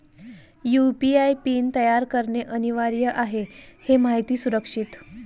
UPI PIN तयार करणे अनिवार्य आहे हे माहिती सुरक्षित